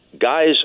Guys